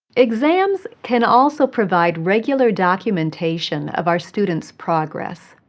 exams can also provide regular documentation of our students' progress.